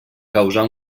causar